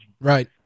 Right